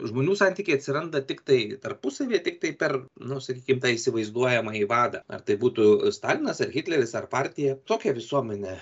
žmonių santykiai atsiranda tiktai tarpusavyje tiktai per nu sakykim tą įsivaizduojamąjį vadą ar tai būtų stalinas ar hitleris ar partija tokią visuomenę